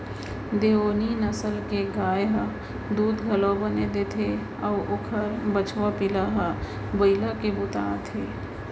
देओनी नसल के गाय ह दूद घलौ बने देथे अउ ओकर बछवा पिला ह बइला के बूता आथे